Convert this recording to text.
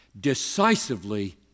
decisively